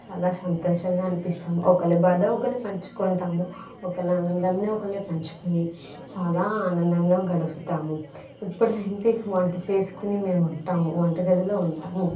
చాలా సంతోషంగా అనిపిస్తాం ఒకరి బాధ ఒకరు పంచుకుంటాము ఒకరి ఆనందమును ఒకరు పంచుకొని చాలా ఆనందంగా గడుపుతాము ఇప్పుడు అంటే వంట చేసుకొని మేము ఉంటాము వంట గదిలో ఉంటాము